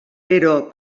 però